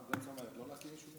אז מה את בעצם אומרת,